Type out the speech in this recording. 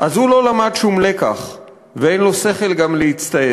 אז הוא לא למד שום לקח / ואין לו שכל גם להצטער.